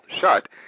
shut